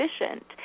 efficient